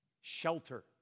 shelter